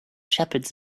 shepherds